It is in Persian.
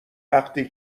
وقتی